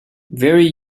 very